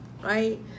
right